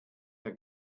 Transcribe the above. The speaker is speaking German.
der